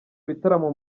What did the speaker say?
ibitaramo